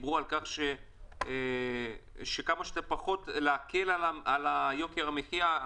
דיברו על כמה שיותר להקל על יוקר המחיה.